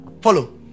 follow